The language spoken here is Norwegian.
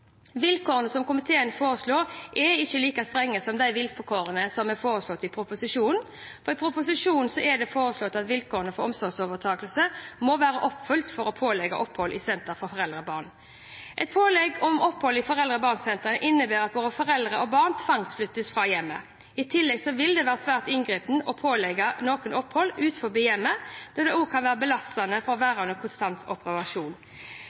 Vilkårene som komiteen foreslår, er ikke like strenge som de vilkårene som blir foreslått i proposisjonen, for i proposisjonen er det foreslått at vilkårene for omsorgsovertakelse må være oppfylt for å pålegge opphold i sentre for foreldre og barn. Pålegg om opphold i foreldre-og-barn-sentre innebærer at både foreldre og barn tvangsflyttes fra hjemmet. I tillegg til at det er svært inngripende å pålegge noen opphold utenfor hjemme, kan det også være belastende å være under konstant observasjon. Likevel har jeg i denne saken forståelse for